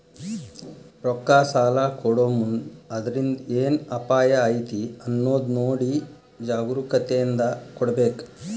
ರೊಕ್ಕಾ ಸಲಾ ಕೊಡೊಮುಂದ್ ಅದ್ರಿಂದ್ ಏನ್ ಅಪಾಯಾ ಐತಿ ಅನ್ನೊದ್ ನೊಡಿ ಜಾಗ್ರೂಕತೇಂದಾ ಕೊಡ್ಬೇಕ್